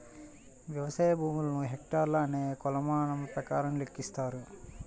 వ్యవసాయ భూములను హెక్టార్లు అనే కొలమానం ప్రకారం లెక్కిస్తారు